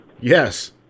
Yes